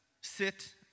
sit